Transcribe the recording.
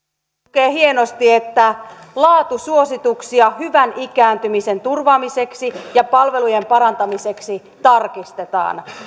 lukee hienosti että laatusuosituksia hyvän ikääntymisen turvaamiseksi ja palvelujen parantamiseksi tarkistetaan